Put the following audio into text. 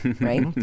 right